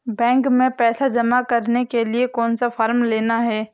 Bank में पैसा जमा करने के लिए कौन सा फॉर्म लेना है?